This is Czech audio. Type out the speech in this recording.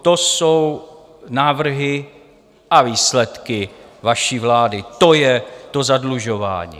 To jsou návrhy a výsledky vaší vlády, to je to zadlužování.